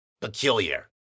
peculiar